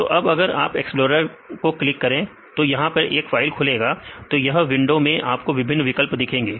तो अब अगर आप एक्सप्लोरर को क्लिक करें तो यह एक फाइल खुलेगा तो इस विंडो में आपको विभिन्न विकल्प दिखेंगे